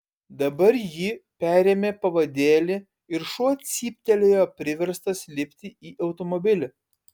dabar ji perėmė pavadėlį ir šuo cyptelėjo priverstas lipti į automobilį